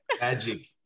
Magic